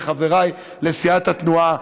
וחבריי לסיעת התנועה,